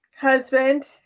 husband